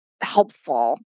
helpful